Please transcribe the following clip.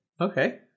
okay